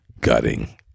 gutting